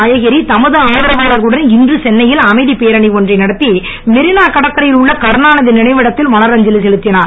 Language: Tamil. அழகிரி தமது ஆதரவாளர்களுடன் இன்று சென்னையில் அமைதிப் பேரணி ஒன்றை நடத்தி மெரினா கடற்கரையில் உள்ள கருணாநிதி நினைவிடத்தில் மலரஞ்சலி செலுத்தினார்